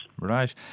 Right